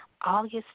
August